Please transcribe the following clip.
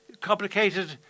complicated